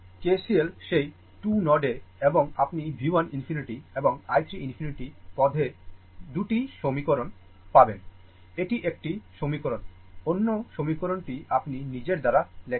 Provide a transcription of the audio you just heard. KCL সেই 2 নোডে এবং আপনি V 1 ∞ এবং i 3 ∞ পদে 2টি সমীকরণ পাবেন এটি একটি সমীকরণ অন্য সমীকরণটি আপনি নিজের দ্বারা লেখেন